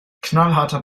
knallharter